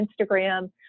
Instagram